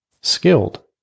skilled